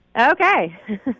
Okay